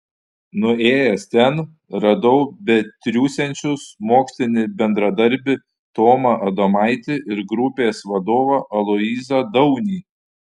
nuėjęs ten radau betriūsiančius mokslinį bendradarbį tomą adomaitį ir grupės vadovą aloyzą daunį